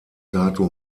dato